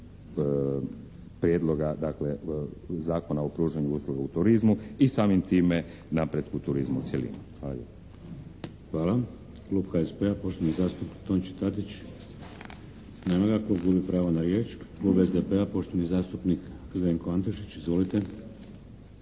prijedloga, dakle Zakona o pružanju usluga u turizmu i samim time napretku turizma u cjelini. Hvala lijepo.